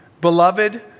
Beloved